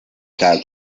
cada